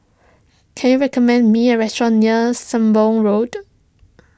can you recommend me a restaurant near Sembong Road